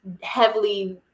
heavily